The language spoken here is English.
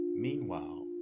Meanwhile